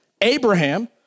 Abraham